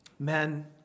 Men